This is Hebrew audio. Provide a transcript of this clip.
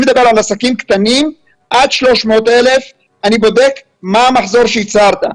אני מדבר על עסקים קטנים עד 300,000. אני בודק מה המחזור שהצהרת.